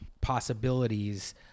possibilities